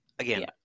Again